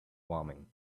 warming